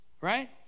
Right